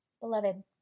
Beloved